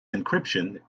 encryption